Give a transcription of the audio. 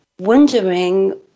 wondering